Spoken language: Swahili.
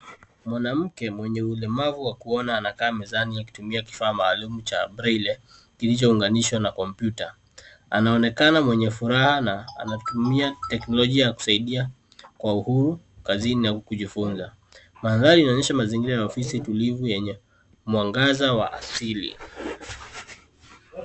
Mwanamke mwenye ulemavu wa kuona anakaa mezani akitumia kifaa maalum cha braille kilichounganishwa na kompyuta. Anaonekana mwenye furaha na anatumia teknolojia ya kusaidia kwa uhuru kazini au kujifunza. Mazingira inaonyesha mandhari ya ofisi tulivu yenye mwangaza wa asili.